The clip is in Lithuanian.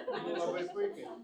nu labai puikiai